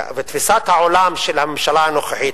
ותפיסת העולם של הממשלה הנוכחית,